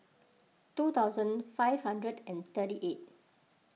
two thousand five hundred and thirty eight